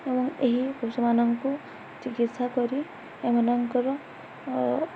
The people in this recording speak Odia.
ଏବଂ ଏହି ପଷୁମାନଙ୍କୁ ଚିକିତ୍ସା କରି ଏମାନଙ୍କର